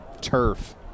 turf